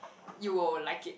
you will like it